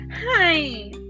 hi